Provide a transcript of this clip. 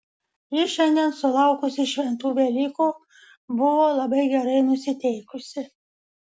ji šiandien sulaukusi šventų velykų buvo labai gerai nusiteikusi